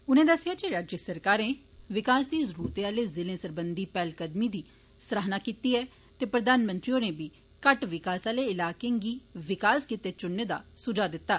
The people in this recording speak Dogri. उनें दस्सेआ जे राज्य सरकारें विकास दी जरूरत आह्ले जिलें सरबंधी पैह्लकदमी दी सराह्ना कीती ऐ ते प्रधानमंत्री होरें बी घट्ट विकास आह्ले इलाकें गी विकास गितै चुनने दा सुझाऽ दित्ता